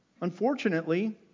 Unfortunately